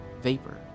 vapor